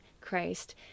Christ